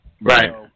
right